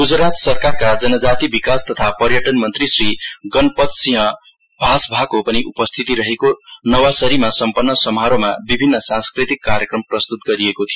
गुजरात सरकारका जनजाति विकास तथा पर्यटन मन्त्री श्री गनपथ सिंह ऊसभाको पनि उपस्थिति रहेको नवासरीमा सम्पन्न समारोहमा विभिन सांस्कृतिक कार्यक्रम प्रस्तुत गरिएको थियो